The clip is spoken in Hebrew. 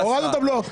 הורדנו אז את הבלו.